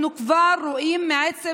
אנחנו כבר רואים, מעצם